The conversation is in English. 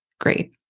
great